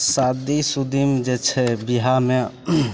शादीशुदीमे जे छै बिआहमे